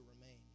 remain